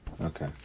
Okay